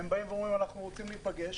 הם באים ואומרים: אנחנו רוצים להיפגש,